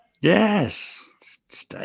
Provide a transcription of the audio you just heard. Yes